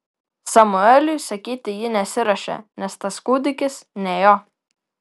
samueliui sakyti ji nesiruošė nes tas kūdikis ne jo